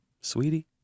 sweetie